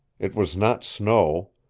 it was not snow.